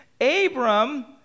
Abram